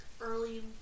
early